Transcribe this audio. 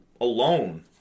alone